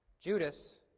Judas